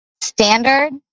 standard